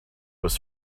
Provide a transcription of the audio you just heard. was